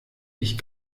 ich